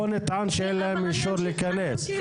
פה נטען שאין להם אישור להיכנס.